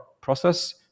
process